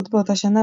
עוד באותה שנה,